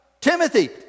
Timothy